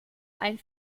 ein